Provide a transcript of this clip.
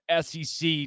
SEC